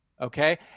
okay